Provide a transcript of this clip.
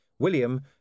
William